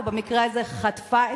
במקרה הזה חטפה,